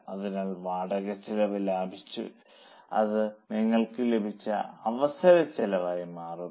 അതിനാൽ വാടകച്ചെലവ് ലാഭിച്ചു അത് നിങ്ങൾക്ക് ലഭിച്ച അവസര ചെലവായി മാറുന്നു